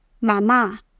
Mama